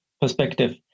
perspective